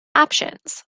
options